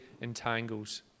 entangles